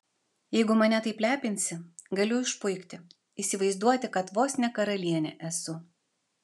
jeigu mane taip lepinsi galiu išpuikti įsivaizduoti kad vos ne karalienė esu